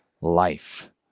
life